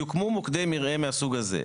יוקמו מוקדי מרעה מהסוג הזה.